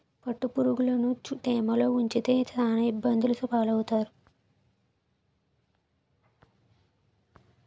పట్టుపురుగులుని తేమలో ఉంచితే సాన ఇబ్బందులు పాలవుతారు